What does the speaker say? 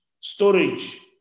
storage